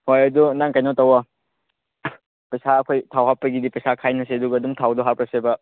ꯍꯣꯏ ꯑꯗꯨ ꯅꯪ ꯀꯩꯅꯣ ꯇꯧꯋꯣ ꯄꯩꯁꯥ ꯑꯩꯈꯣꯏ ꯊꯥꯎ ꯍꯥꯞꯄꯒꯤꯗꯤ ꯄꯩꯁꯥ ꯈꯥꯏꯅꯁꯦ ꯑꯗꯨꯒ ꯑꯗꯨꯝ ꯊꯥꯎꯗꯣ ꯍꯥꯞꯄꯁꯦꯕ